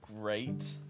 great